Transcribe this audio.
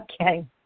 Okay